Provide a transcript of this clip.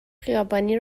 خیابانی